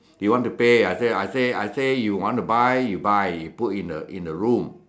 he want to pay I say I say I say you want to buy you buy you put in the room